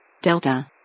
Delta